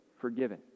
forgiven